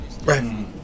Right